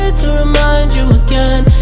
ah to remind you again